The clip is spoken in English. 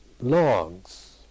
logs